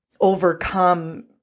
overcome